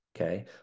okay